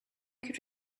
could